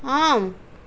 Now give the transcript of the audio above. ஆம்